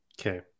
Okay